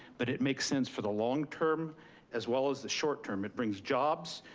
but it makes sense for the longterm as well as the short term, it brings jobs,